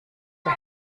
der